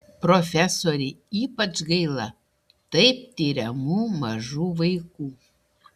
profesorei ypač gaila taip tiriamų mažų vaikų